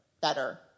better